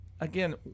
again